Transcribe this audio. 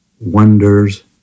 wonders